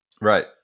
Right